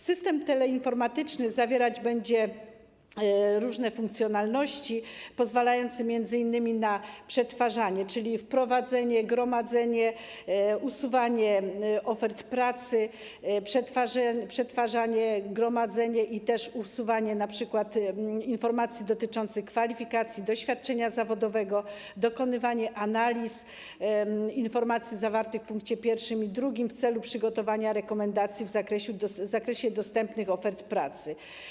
System teleinformatyczny zawierać będzie różne funkcjonalności pozwalające m.in. na przetwarzanie, czyli wprowadzenie, gromadzenie, usuwanie ofert pracy, przetwarzanie, gromadzenie i usuwanie np. informacji dotyczących kwalifikacji, doświadczenia zawodowego, dokonywanie analiz informacji zawartych w punktach pierwszym i drugim w celu przygotowania rekomendacji w zakresie dostępnych ofert pracy.